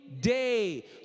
day